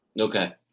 Okay